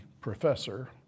professor